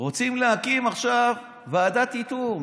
רוצים להקים עכשיו ועדת איתור.